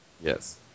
yes